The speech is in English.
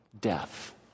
death